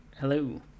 Hello